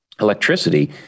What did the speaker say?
electricity